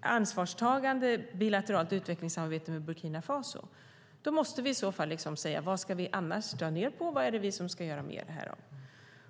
ansvarstagande bilateralt utvecklingssamarbete med Burkina Faso. Då måste vi i så fall säga: Vad ska vi annars dra ned på? Vad är det vi ska göra mer?